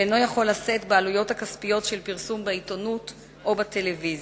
שאינו יכול לשאת בעלויות הכספיות של פרסום בעיתונות או בטלוויזיה.